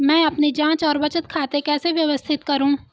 मैं अपनी जांच और बचत खाते कैसे व्यवस्थित करूँ?